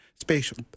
Spatial